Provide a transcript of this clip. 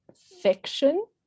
fiction